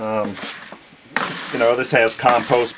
s you know this has compost